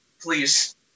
Please